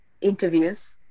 interviews